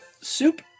Soup